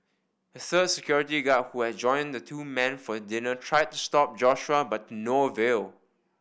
a third security guard who had joined the two men for dinner tried to stop Joshua but no avail